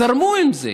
זרמו עם זה,